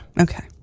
Okay